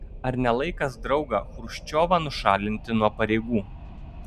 ar ne laikas draugą chruščiovą nušalinti nuo pareigų